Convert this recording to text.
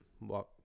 walk